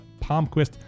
Palmquist